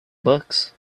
books